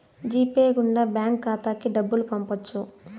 G pay గుండా bank ఖాతాకి డబ్బులు పంపొచ్చు